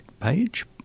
page